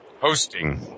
hosting